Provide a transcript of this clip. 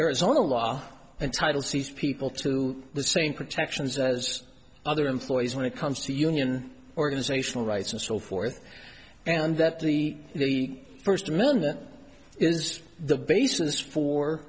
arizona law and title sees people to the same protections as other employees when it comes to union organizational rights and so forth and that the first amendment is the basis for